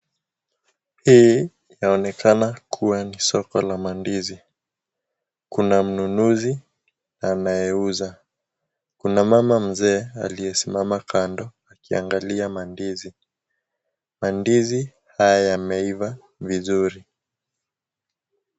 Hii, inaonekana kuwa ni soko la mandizi. Kuna mnunuzi anayeuza. Kuna mama mzee aliyesimama kando akiangalia mandizi. Mandizi haya, yameiva vizuri.